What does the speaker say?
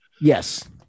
Yes